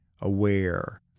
aware